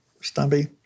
Stumpy